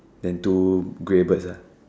then two grey birds ah